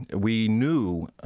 we knew,